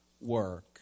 work